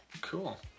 Cool